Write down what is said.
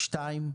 שניים,